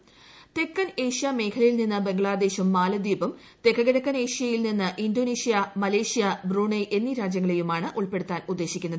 ത്രെക്കൻ Asia മേഖലയിൽ നിന്ന് ബംഗ്ലാദേശ് മാലിദ്വീപും തെക്കു കിഴക്കൻ ഏഷ്യയിൽ നിന്ന് ഇൻഡോ നേഷ്യ മലേഷ്യ ബ്ലൂണോയ്ക്ക് എന്നീ രാജ്യങ്ങളെയുമാണ് ഉൾപ്പെടു ത്താൻ ഉദ്ദേശിക്കുന്നത്